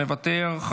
מוותר.